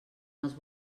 els